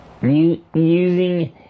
Using